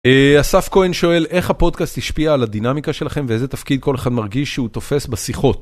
א...אסף כהן שואל איך הפודקאסט השפיע על הדינמיקה שלכם, ואיזה תפקיד כל אחד מרגיש שהוא תופס בשיחות?